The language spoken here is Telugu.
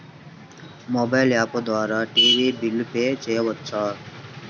మొబైల్ యాప్ ద్వారా టీవీ బిల్ పే చేయవచ్చా?